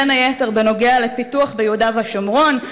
בין היתר בנוגע לפיתוח ביהודה ושומרון,